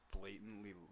blatantly